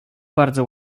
bardzo